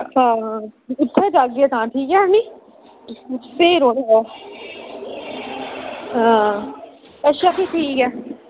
उत्थें जाह्गे तां ठीक ऐ नी ते स्हेई रौह्ना तां अच्छा ठीक ऐ भी